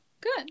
good